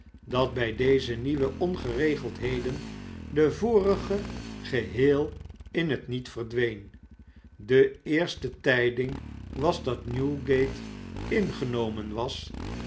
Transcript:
dat bij deze nieuwe ongeregeldheden de voiige geheel in het niet verdwenen de eerste tijding was dat newgate ingenomen was